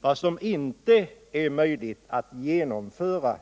vad som inte är möjligt att genomföra.